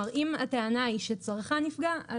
אם הטענה היא שצרכן נפגע,